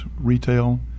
retail